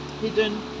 hidden